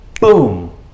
boom